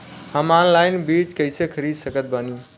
हम ऑनलाइन बीज कइसे खरीद सकत बानी?